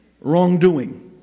wrongdoing